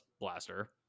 blaster